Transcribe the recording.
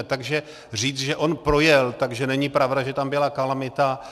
Takže říct, že on projel, takže není pravda, že tam byla kalamita.